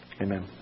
Amen